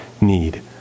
need